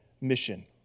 mission